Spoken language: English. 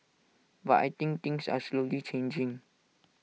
but I think things are slowly changing